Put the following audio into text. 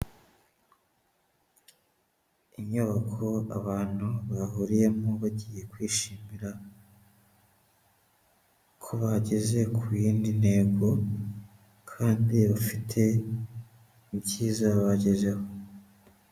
Inyubako abantu bahuriyemo bagiye kwishimira ko bageze ku yindi ntego kandi bafite ibyiza bagezeho.